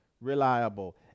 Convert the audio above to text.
reliable